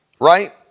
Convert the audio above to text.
right